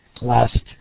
last